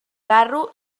carro